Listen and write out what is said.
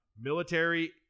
military